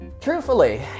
truthfully